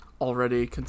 already